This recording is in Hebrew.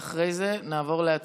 ואחרי זה נעבור להצבעה,